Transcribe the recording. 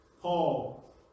Paul